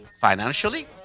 financially